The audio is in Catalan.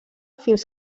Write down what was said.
fins